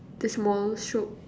the small stroke